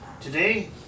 Today